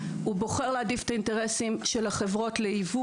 הוא בוחר להעדיף את האינטרסים של החברות ליבוא